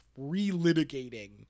relitigating